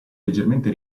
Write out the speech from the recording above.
leggermente